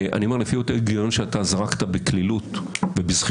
אני אומר שלפי אותו הגיון שאתה זרקת בקלילות ובזחיחות,